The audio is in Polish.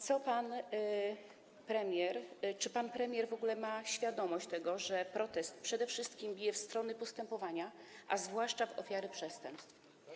Czy pan premier w ogóle ma świadomość tego, że protest przede wszystkim bije w strony postępowania, a zwłaszcza w ofiary przestępstw?